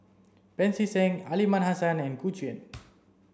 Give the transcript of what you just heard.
Pancy Seng Aliman Hassan and Gu Juan